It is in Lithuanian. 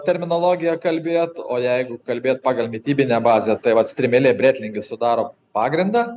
terminologija kalbėt o jeigu kalbėt pagal mitybinę bazę tai vat strimėlė bretlingis sudaro pagrindą